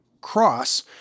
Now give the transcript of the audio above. cross